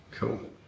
Cool